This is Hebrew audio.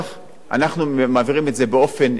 אנחנו מעבירים את זה באופן ישיר.